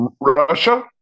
russia